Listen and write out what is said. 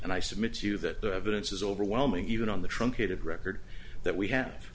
and i submit to you that the evidence is overwhelming even on the truncated record that we have